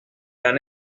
han